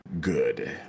good